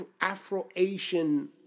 Afro-Asian